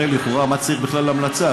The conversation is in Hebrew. הרי לכאורה מה צריך בכלל המלצה?